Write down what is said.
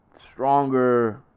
stronger